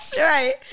Right